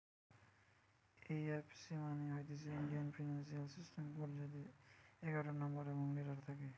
এই F C মানে হতিছে ইন্ডিয়ান ফিনান্সিয়াল সিস্টেম কোড যাতে এগারটা নম্বর এবং লেটার থাকে